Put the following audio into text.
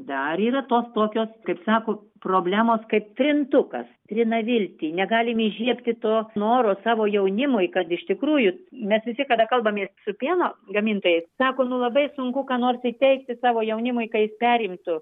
dar yra tos tokios kaip sako problemos kaip trintukas trina viltį negalim įžiebti to noro savo jaunimui kad iš tikrųjų mes visi kada kalbamės su pieno gamintojais sako labai sunku ką nors įteigti savo jaunimui ka jis perimtų